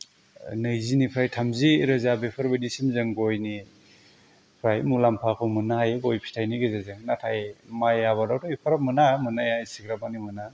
नैजिनिफ्राय थामजि रोजा बेफोरबायदिसिम जों गयनिफ्राय मुलाम्फाखौ मोननो हायो गय फिथाइनि गेजेरजों नाथाय माइ आबादावथ' एफाग्राब मोना मोननाया एसेग्राबमानि मोना